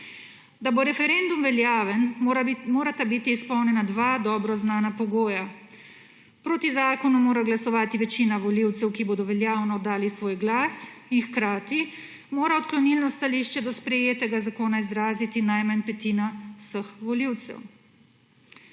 Da bo referendum veljaven, morata biti izpolnjena dva dobro znana pogoja: proti zakonu mora glasovati večina volivcev, ki bodo veljavno dali svoj glas, in hkrati mora odklonilno stališče do sprejetega zakona izraziti najmanj petina vseh volivcev.